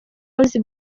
house